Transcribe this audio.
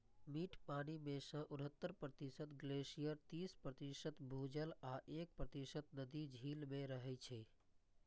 मीठ पानि मे सं उन्हतर प्रतिशत ग्लेशियर, तीस प्रतिशत भूजल आ एक प्रतिशत नदी, झील मे रहै छै